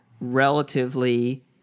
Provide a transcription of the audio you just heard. relatively